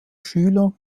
schüler